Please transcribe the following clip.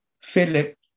Philip